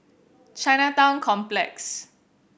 Chinatown Complex